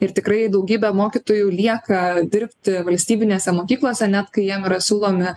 ir tikrai daugybė mokytojų lieka dirbti valstybinėse mokyklose net kai jiem yra siūlomi